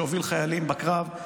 שהוביל חיילים בקרב.